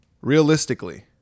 realistically